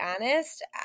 honest